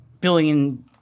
billion